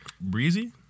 Breezy